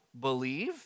believe